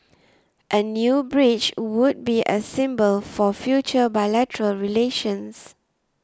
a new bridge would be a symbol for future bilateral relations